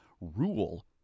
rule